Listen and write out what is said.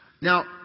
Now